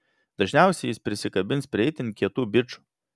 dažniausiai jis prisikabins prie itin kietų bičų